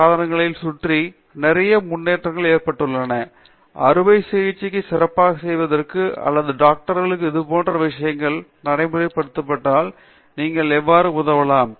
பேராசிரியர் தீபா வெங்கடேஷ் உயிர் மருத்துவ சாதனங்களைச் சுற்றி நிறைய முன்னேற்றம் ஏற்பட்டுள்ளது அறுவை சிகிச்சையை சிறப்பாக செய்வதற்கு அல்லது டாக்டர்களுக்கும் இதுபோன்ற விஷயங்களை நடைமுறைப்படுத்துவதற்கும் நீங்கள் எவ்வாறு உதவலாம்